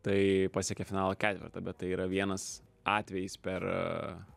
tai pasiekė finalo ketvertą bet tai yra vienas atvejis per